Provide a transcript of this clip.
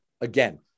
again